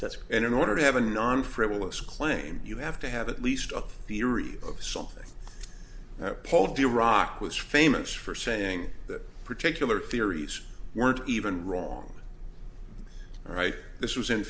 that's and in order to have a non frivolous claim you have to have at least a theory of something paul vi iraq was famous for saying that particular theories weren't even wrong all right this was in